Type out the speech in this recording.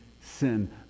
sin